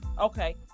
Okay